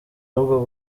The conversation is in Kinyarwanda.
ahubwo